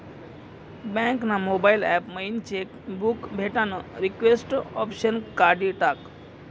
bank ना mobile app मयीन cheque book भेटानं रिक्वेस्ट ऑप्शन काढी टाकं